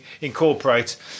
incorporate